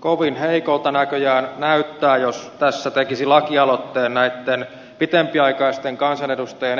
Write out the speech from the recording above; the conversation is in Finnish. kovin heikolta näköjään näyttää jos tässä tekisi lakialoitteen näitten pitempiaikaisten kansanedustajien